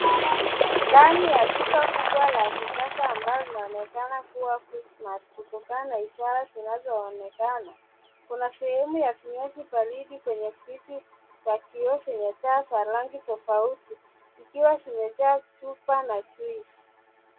Ndani ya duka kubwa la kisasa ambalo linaonekana kuwa Quickmart, kutokana na ishara zinazoonekana. Kuna sehemu ya vinywaji baridi kwenye friji za kioo zenye taa za rangi tofauti, zikiwa zimejaa chupa na juice .